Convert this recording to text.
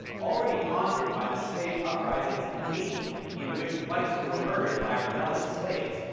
already haunted by the slave uprisings in haiti in which whites were murdered by rebelling slaves,